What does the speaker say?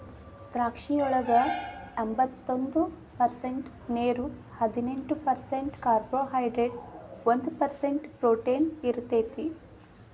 ಹಸಿದ್ರಾಕ್ಷಿಯೊಳಗ ಎಂಬತ್ತೊಂದ ಪರ್ಸೆಂಟ್ ನೇರು, ಹದಿನೆಂಟ್ ಪರ್ಸೆಂಟ್ ಕಾರ್ಬೋಹೈಡ್ರೇಟ್ ಒಂದ್ ಪರ್ಸೆಂಟ್ ಪ್ರೊಟೇನ್ ಇರತೇತಿ